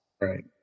Right